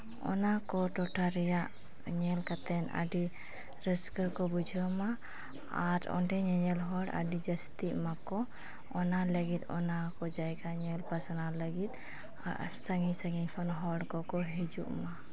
ᱚᱱᱟ ᱠᱚ ᱴᱚᱴᱷᱟ ᱨᱮᱭᱟᱜ ᱧᱮᱞ ᱠᱟᱛᱮᱫ ᱟᱹᱰᱤ ᱨᱟᱹᱥᱠᱟᱹ ᱠᱚ ᱵᱩᱡᱷᱟᱹᱣ ᱢᱟ ᱟᱨ ᱚᱸᱰᱮ ᱧᱮᱧᱮᱞ ᱦᱚᱲ ᱟᱹᱰᱤ ᱡᱟᱹᱥᱛᱤᱜ ᱢᱟᱠᱚ ᱚᱱᱟ ᱞᱟᱹᱜᱤᱫ ᱚᱱᱟ ᱠᱚ ᱡᱟᱭᱜᱟ ᱧᱮᱞ ᱯᱟᱥᱱᱟᱣ ᱞᱟᱹᱜᱤᱫ ᱟᱨ ᱥᱟᱺᱜᱤᱧᱼᱥᱟᱺᱜᱤᱧ ᱠᱷᱚᱱ ᱦᱚᱲ ᱠᱚᱠᱚ ᱦᱤᱡᱩᱜ ᱢᱟ